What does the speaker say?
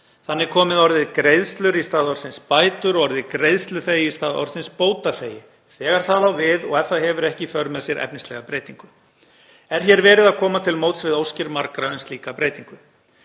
Þannig komi orðið „greiðslur“ í stað orðsins „bætur“ og orðið „greiðsluþegi“ í stað orðsins „bótaþegi“ þegar það á við og ef það hefur ekki í för með sér efnislega breytingu. Er hér verið að koma til móts við óskir margra um slíka breytingu.